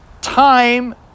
time